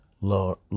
Lord